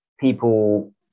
people